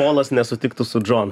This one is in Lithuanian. polas nesutiktų su džonu